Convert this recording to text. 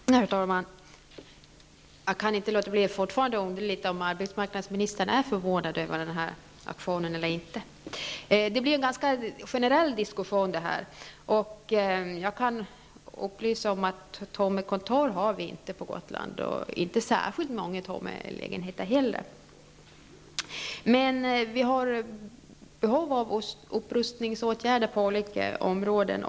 Fru talman! Jag kan ändå inte låta bli undra litet över om arbetsmarknadsministern är förvånad över denna aktion eller inte. Det har nu blivit en ganska generell diskussion. Jag kan upplysa om att vi inte har tomma kontor på Gotland och inte särskilt många tomma lägenheter heller. Däremot har vi behov av upprustningsåtgärder på olika områden.